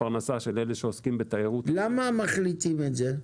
הפרנסה של אלה שעוסקים בתיירות נכנסת --- למה מחליטים את זה?